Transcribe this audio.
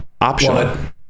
option